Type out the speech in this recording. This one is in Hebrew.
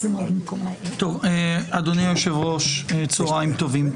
אדוני היושב-ראש, צהריים טובים.